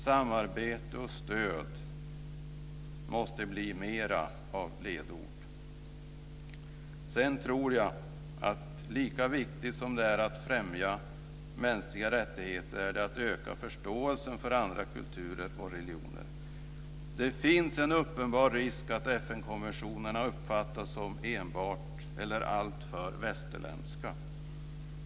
Samarbete och stöd måste bli mera av ett ledord. Sedan tror jag att lika viktigt som det är att främja mänskliga rättigheter är det att öka förståelsen för andra kulturer och regioner. Det finns en uppenbar risk att FN-konventionerna uppfattas som enbart eller alltför västerländska.